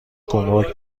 گمرک